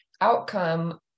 outcome